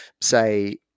say